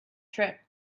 trip